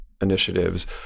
initiatives